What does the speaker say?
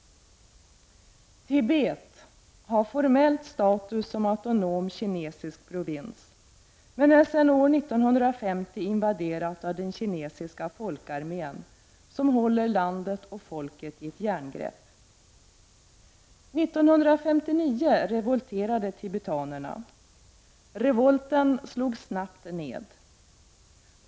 Tibet har formellt status som autonom kinesisk provins men är sedan år 1950 invaderat av den kinesiska folkarmén som håller landet och folket i ett järngrepp. 1959 revolterade tibetanerna. Revolten slogs snabbt ned.